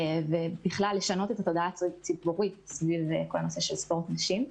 ובכלל לשנות את התודעה הציבורית סביב נושא ספורט הנשים.